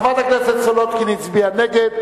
חברת הכנסת סולודקין הצביעה נגד,